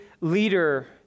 leader